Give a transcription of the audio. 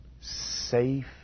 safe